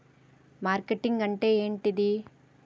Marketing అంటే ఏంటిది?